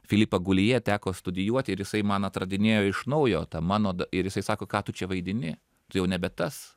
filipą guljė teko studijuoti ir jisai man atradinėjo iš naujo tą mano ir jisai sako ką tu čia vaidini tu jau nebe tas